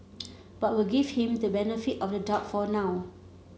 but we'll give him the benefit of the doubt for now